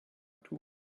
hubert